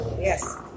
Yes